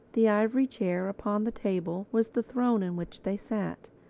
the ivory chair upon the table was the throne in which they sat.